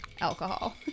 alcohol